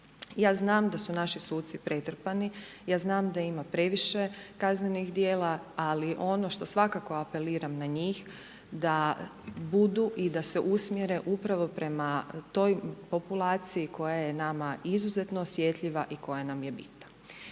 Ja znam da su naši suci pretrpani, ja znam da ima previše kaznenih djela, ali ono što svakako apeliram na njih da budu i da se usmjere upravo prema toj populaciji koja je nama izuzetno osjetljiva i koja nam je bitna.